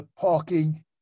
parking